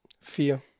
fear